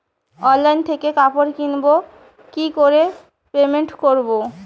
Online থেকে কাপড় কিনবো কি করে পেমেন্ট করবো?